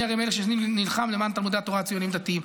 אני הרי מאלה שנלחם למען תלמודי התורה הציוניים דתיים,